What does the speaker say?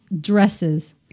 Dresses